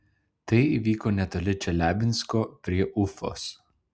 tai įvyko netoli čeliabinsko prie ufos